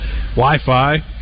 Wi-Fi